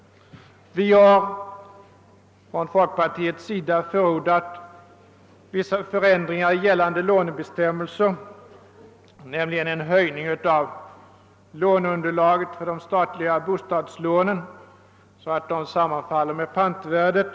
Vi har från folkpartiets sida förordat vissa förändringar i gällande lånebestämmelser, nämligen en höjning av låneunderlaget för de statliga bostadslånen så att dessa sammanfaller med pantvärdet.